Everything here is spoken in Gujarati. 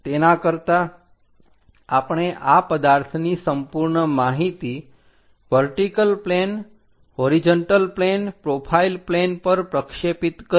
તેના કરતાં આપણે આ પદાર્થની સંપૂર્ણ માહિતી vertical plane horizontal plane profile plane પર પ્રક્ષેપિત કરીએ